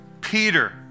Peter